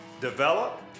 develop